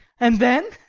and then